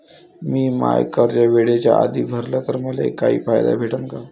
मिन माय कर्ज वेळेच्या आधी भरल तर मले काही फायदा भेटन का?